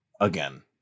again